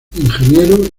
ingeniero